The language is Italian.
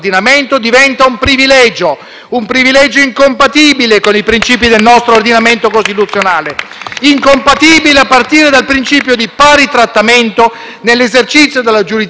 Gruppo PD)*, a partire dal principio di pari trattamento nell'esercizio della giurisdizione di tutti i cittadini, Ministri compresi.